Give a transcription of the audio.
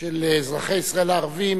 של אזרחי ישראל הערבים